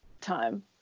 time